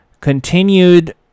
continued